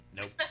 Nope